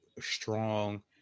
strong